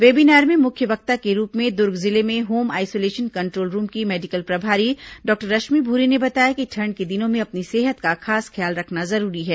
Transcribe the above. webinar में मुख्य वक्ता के रूप में दुर्ग जिले में होम आइसोलेशन कंट्रोल रूम की मेडिकल प्रभारी डॉक्टर रश्मि भूरे ने बताया कि ठंड के दिनों में अपनी सेहत का खास ख्याल रखना जरूरी है